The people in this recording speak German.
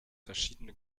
verschiedene